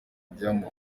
kujyamo